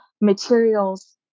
materials